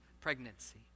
pregnancy